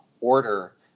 order